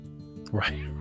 Right